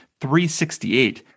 368